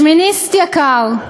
"שמיניסט יקר,